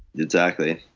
exactly.